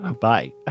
Bye